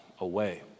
away